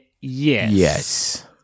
Yes